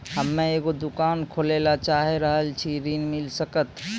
हम्मे एगो दुकान खोले ला चाही रहल छी ऋण मिल सकत?